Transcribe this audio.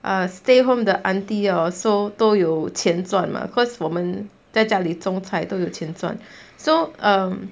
err stay home 的 auntie hor so 都有钱赚 mah because 我们在家里种菜都有钱赚 so um